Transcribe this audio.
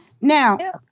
Now